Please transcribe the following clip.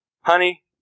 Honey